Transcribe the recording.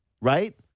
Right